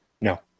no